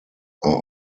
are